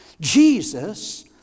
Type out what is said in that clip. Jesus